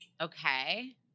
Okay